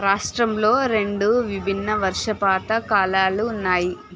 రాష్ట్రంలో రెండు విభిన్న వర్షపాత కాలాలు ఉన్నాయి